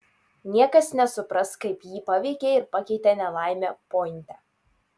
niekas nesupras kaip jį paveikė ir pakeitė nelaimė pointe